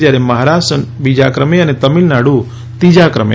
જ્યારે મહારાષ્ટ્ર બીજા ક્રમે અને તમિલનાડુ ત્રીજા ક્રમે છે